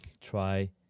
Try